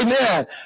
Amen